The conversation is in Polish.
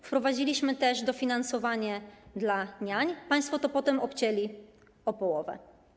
Wprowadziliśmy też dofinansowanie dla niań, państwo to potem obcięli o połowę.